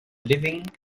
living